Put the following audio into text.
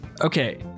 Okay